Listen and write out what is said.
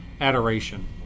adoration